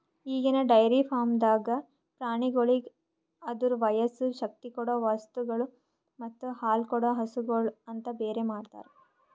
ಈಗಿನ ಡೈರಿ ಫಾರ್ಮ್ದಾಗ್ ಪ್ರಾಣಿಗೋಳಿಗ್ ಅದುರ ವಯಸ್ಸು, ಶಕ್ತಿ ಕೊಡೊ ವಸ್ತುಗೊಳ್ ಮತ್ತ ಹಾಲುಕೊಡೋ ಹಸುಗೂಳ್ ಅಂತ ಬೇರೆ ಮಾಡ್ತಾರ